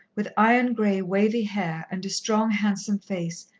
with iron-grey, wavy hair and a strong, handsome face,